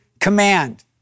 command